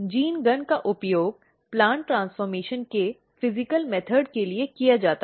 gene gun का उपयोग plant transformation की भौतिक विधि के लिए किया जाता है